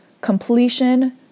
completion